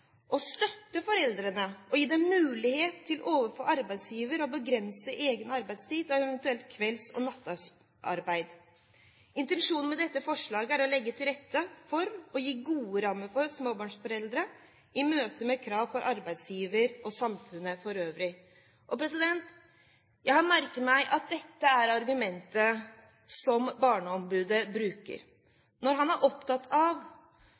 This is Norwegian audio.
å støtte foreldrene og gi dem mulighet til overfor arbeidsgiver å begrense egen arbeidstid og eventuelt kvelds- og nattarbeid. Intensjonen med dette forslaget er å legge til rette for og gi gode rammer for småbarnsforeldre i møte med krav fra arbeidsgiver og samfunnet for øvrig. Jeg har merket meg at dette er argumentet barneombudet bruker når han er opptatt av